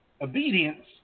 obedience